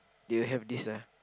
they will have this lah